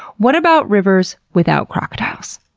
what about rivers without crocodiles?